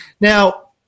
Now